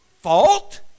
fault